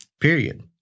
Period